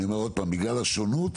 בגלל השונות,